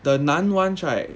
the 难 ones right